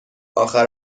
آخر